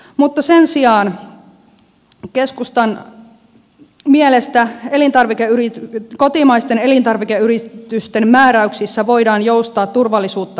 mutta sen sijaan keskustan mielestä kotimaisten elintarvikeyritysten määräyksissä voidaan joustaa turvallisuutta vaarantamatta